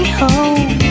home